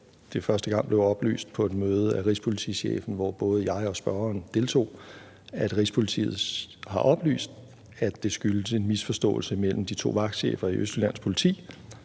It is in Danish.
det første gang blev oplyst af rigspolitichefen på et møde, hvor både jeg og spørgeren deltog – at Rigspolitiet har oplyst, at det skyldtes en misforståelse mellem de to vagtchefer i Østjyllands Politi,